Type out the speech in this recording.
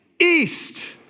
East